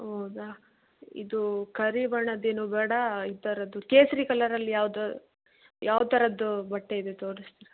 ಹೌದಾ ಇದು ಕರಿ ಬಣ್ಣದ್ದು ಏನೂ ಬೇಡ ಈ ಥರದ್ದು ಕೇಸರಿ ಕಲರಲ್ಲಿ ಯಾವ್ದು ಯಾವ ಥರದ್ದು ಬಟ್ಟೆ ಇದೆ ತೋರ್ಸ್ತೀರಾ